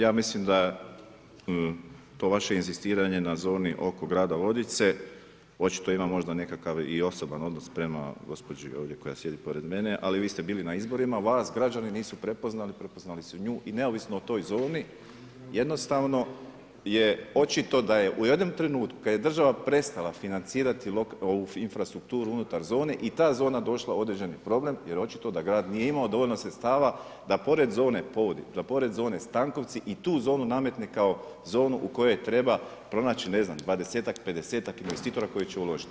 Ja mislim da to vaše inzistiranje na zoni oko grada Vodice očito ima nekakav osoban odnos prema gospođi ovdje koja sjedi pored mene, ali vi ste bili na izborima, vas građani nisu prepoznali, prepoznali su nju i neovisno o toj zoni jednostavno je očito da je u jednom trenutku kad je država prestala financirati infrastrukturu unutar zone i ta zona došla u određeni problem, jer očito da grad nije imao dovoljno sredstava da pored zone … da pored zone Stankovci i tu zonu nametne kao zonu u kojoj treba pronaći ne znam dvadesetak, pedesetak investitora koji će uložiti.